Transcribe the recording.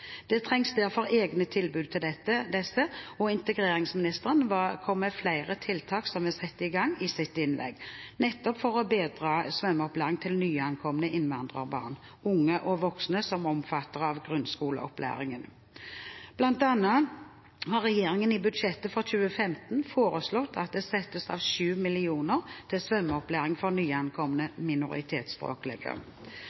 Det trengs derfor egne tilbud til disse, og integreringsministeren nevnte flere tiltak i sitt innlegg som er satt i gang, nettopp for å bedre svømmeopplæringen til nyankomne innvandrerbarn, unge og voksne som er omfattet av grunnskoleopplæringen. Blant annet har regjeringen i budsjettet for 2015 foreslått at det settes av 7 mill. kr til svømmeopplæring for nyankomne